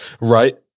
right